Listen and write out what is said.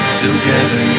together